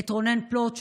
ואת רונן פלוט,